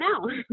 now